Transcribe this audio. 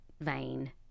vain